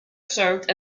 served